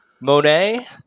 Monet